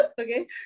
Okay